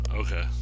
Okay